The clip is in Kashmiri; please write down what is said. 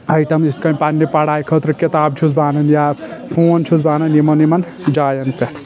آیٹم یتھ کٲٹھۍ پننہِ پڑایہِ خٲطرٕ کِتاب چھُس بہٕ انان یا فون چھُس بہٕ انان یِمن یِمن جاین پٮ۪ٹھ